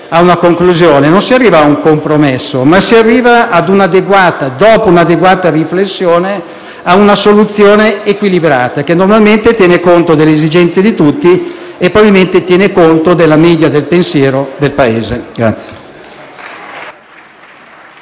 ad una conclusione, non si arriva ad un compromesso ma, dopo un'adeguata riflessione, ad una soluzione equilibrata che normalmente tiene conto delle esigenze di tutti e probabilmente tiene conto della media del pensiero del Paese.